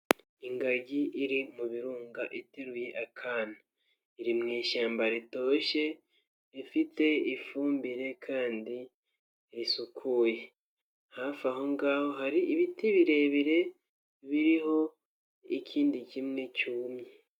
Ingagi iri mu birunga iteruye akana iri mu ishyamba ritoshye rifite ifumbire kandi risukuye, hafi aho ngaho hari ibiti birebire biriho ikindi kimwe cyumye.